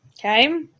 okay